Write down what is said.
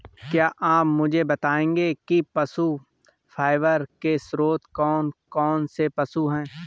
क्या आप मुझे बताएंगे कि पशु फाइबर के स्रोत कौन कौन से पशु हैं?